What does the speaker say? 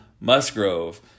Musgrove